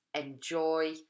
enjoy